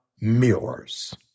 mirrors